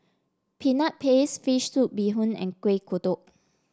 Peanut Paste fish soup Bee Hoon and Kueh Kodok